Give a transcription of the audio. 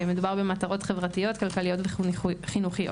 מדובר במטרות חברתיות, כלכליות וחינוכיות.